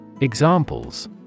Examples